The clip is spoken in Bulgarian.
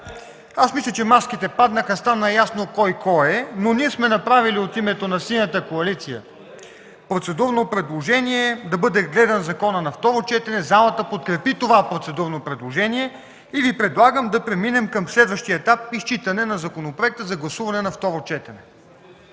аз мисля, че маските паднаха. Стана ясно кой кой е, но ние сме направили от името на Синята коалиция процедурно предложение законът да бъде гледан на второ четене. Залата подкрепи това процедурно предложение. Предлагам Ви да преминем към следващия етап – изчитане на законопроекта за гласуване на второ четене.